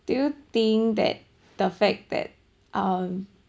do you think that the fact that um